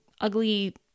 ugly